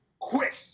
quick